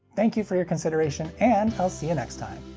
thank you for your consideration, and i'll see you next time!